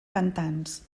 cantants